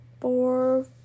four